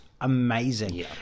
amazing